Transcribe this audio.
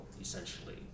essentially